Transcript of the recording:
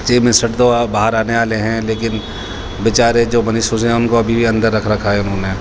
chief minister تو باہر آنے والے ہیں لیکن بچارے جو منیش سسودیا ہیں ان کو ابھی اندر رکھ رکھا ہے انہوں نے